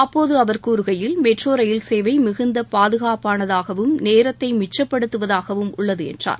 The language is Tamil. அப்போது அவர் கூறுகையில் மெட்ரோ ரயில் சேவை மிகுந்த பாதுகாப்பானதாகவும் நேரத்தை மிச்சப்படுத்துவதாகவும் உள்ளது என்றார்